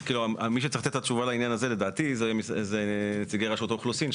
מי שצריך לתת את התשובה לעניין הזה לדעתי אלו נציגי רשות האוכלוסין,